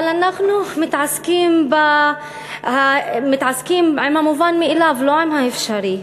אבל אנחנו מתעסקים עם המובן מאליו, לא עם האפשרי.